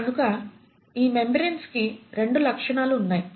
కనుక ఈ మెంబ్రేన్స్ కి రెండు లక్షణాలు వున్నాయి